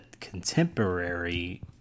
contemporary